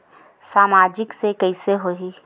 सामाजिक से कइसे होही?